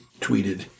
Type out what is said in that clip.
tweeted